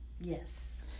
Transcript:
Yes